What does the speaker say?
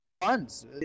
funds